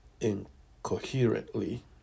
incoherently